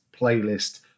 playlist